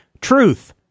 Truth